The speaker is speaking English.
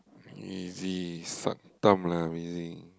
busy suck thumb lah busy